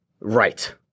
Right